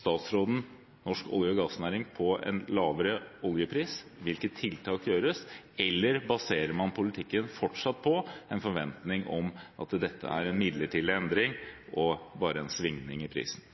statsråden norsk olje- og gassnæring på en lavere oljepris, og hvilke tiltak gjøres? Eller baserer man politikken fortsatt på en forventning om at dette er en midlertidig endring og bare en svingning i prisen?